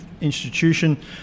institution